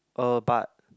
uh but